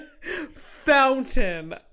fountain